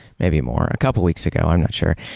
maybe more, a couple of weeks ago, i'm not sure,